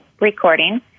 recording